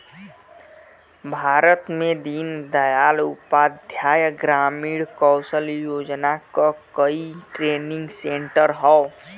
भारत में दीन दयाल उपाध्याय ग्रामीण कौशल योजना क कई ट्रेनिंग सेन्टर हौ